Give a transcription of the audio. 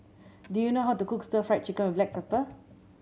do you know how to cook Stir Fried Chicken with black pepper